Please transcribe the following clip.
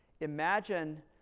Imagine